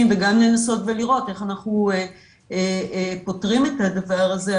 וגם לנסות ולראות איך אנחנו פותרים את הדבר הזה,